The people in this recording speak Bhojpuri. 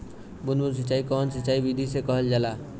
बूंद बूंद सिंचाई कवने सिंचाई विधि के कहल जाला?